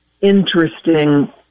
interesting